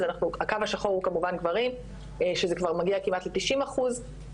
הקו השחור זה כמובן גברים שזה כבר מגיע כמעט ל-90 אחוזים.